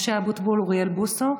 משה אבוטבול, אוריאל בוסו,